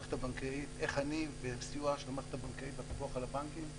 איך אני בסיוע של המערכת הבנקאית והפיקוח על הבנקים,